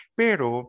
pero